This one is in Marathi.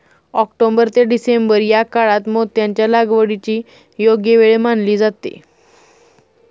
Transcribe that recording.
ऑक्टोबर ते डिसेंबर या काळात मोत्यांच्या लागवडीची योग्य वेळ मानली जाते